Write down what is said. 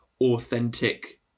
authentic